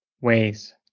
ways